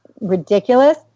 ridiculous